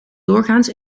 doorgaans